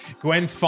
Gwen